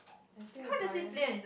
I think is Brian